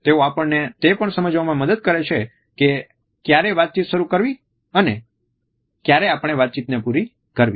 તેઓ આપણને તે પણ સમજવામાં મદદ કરે છે કે ક્યારે વાતચીત શરૂ કરવી અથવા ક્યારે આપણે વાતચીતને પૂરી કરવી